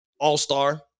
all-star